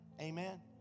Amen